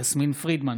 יסמין פרידמן,